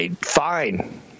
Fine